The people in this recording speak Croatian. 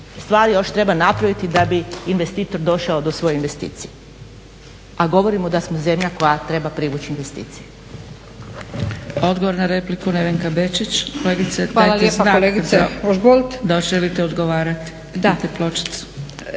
stvari još treba napraviti da bi investitor došao do svoje investicije a govorimo da smo zemlja koja treba privući investicije.